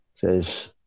says